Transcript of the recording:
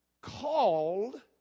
called